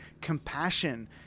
compassion